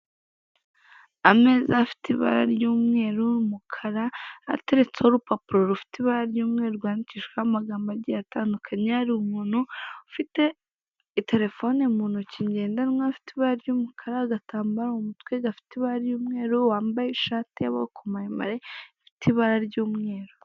Ameza afite ibara ry'umweru n' umukara ateretseho urupapuro rufite ibara ry'umweru rwandikishijeho amagambo agiye atandukanye, hari umuntu ufite terefoni mu ntoki ngendanwa ifite ibara ry'umukara, agatambaro mu mutwe gafite ibara ry'umweru wambaye ishati y'amaboko maremare ifite ibara ry'umweru.